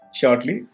shortly